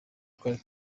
twari